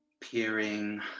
peering